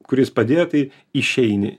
kuris padėjo tai išeini